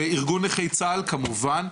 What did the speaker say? וארגון נכי צה"ל כמובן.